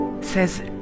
says